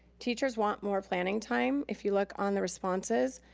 teachers want more planning time. if you look on the responses,